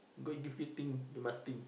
go and give you think you must think